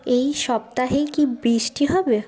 এই সপ্তাহেই কি বৃষ্টি হবে